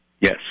Yes